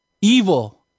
evil